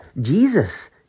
Jesus